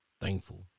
thankful